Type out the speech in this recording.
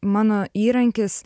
mano įrankis